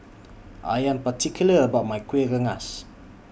I Am particular about My Kuih Rengas